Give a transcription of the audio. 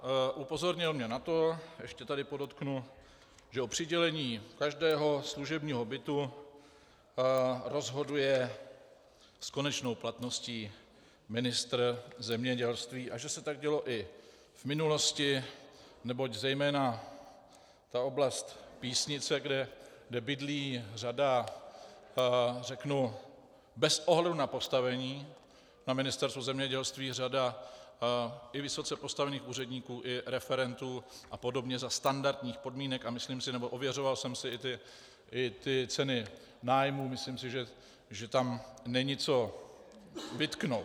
A upozornil mě na to ještě tady podotknu, že o přidělení každého služebního bytu rozhoduje s konečnou platností ministr zemědělství a že se tak dělo i v minulosti, neboť zejména ta oblast Písnice, kde bydlí řada, řeknu bez ohledu na postavení na Ministerstvu zemědělství, řada i vysoce postavených úředníků i referentů a podobně za standardních podmínek a ověřoval jsem si i ty ceny nájmů, myslím si, že tam není co vytknout.